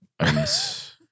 Yes